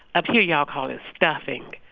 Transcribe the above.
up here, y'all call it stuffing.